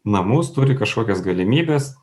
namus turi kažkokias galimybes